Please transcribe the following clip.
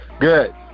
Good